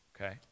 okay